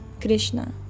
Krishna